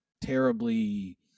terribly